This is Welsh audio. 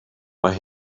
mae